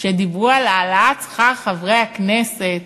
כשדיברו על העלאת שכר חברי הכנסת,